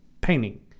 painting